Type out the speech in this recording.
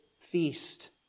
feast